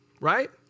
Right